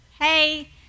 hey